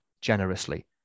generously